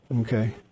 Okay